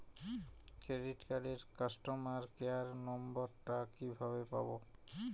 Credit কার্ডের customer care number টা কিভাবে পাবো?